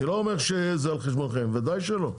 אני לא אומר שזה על חשבונכם, ודאי שלא,